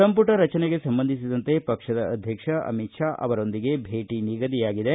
ಸಂಪುಟ ರಚನೆಗೆ ಸಂಬಂಧಿಸಿದಂತೆ ಪಕ್ಷದ ಅಧ್ಯಕ್ಷ ಅಮಿತ್ ಶಾ ಅವರೊಂದಿಗೆ ಭೇಟ ನಿಗದಿಯಾಗಿದೆ